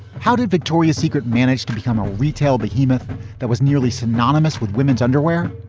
how did victoria's secret manage to become a retail behemoth that was nearly synonymous with women's underwear?